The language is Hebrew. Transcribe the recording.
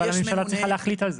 אבל היא צריכה להחליט על זה.